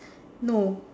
no